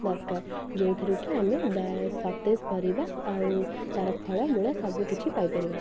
ଦରକାର ଯେଉଁଥିରୁ କି ଆମେ ଡାଏ ସତେଜପରିବା ଆଉ ତାର ଫଳ ମୂଳ ସବୁକିଛି ପାଇପାରିବା